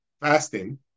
fasting